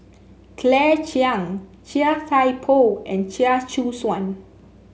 Claire Chiang Chia Thye Poh and Chia Choo Suan